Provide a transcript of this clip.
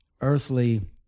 earthly